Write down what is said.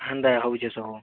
ହେନ୍ତା ହେଉଛେ ସବୁ